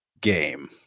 Game